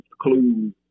clues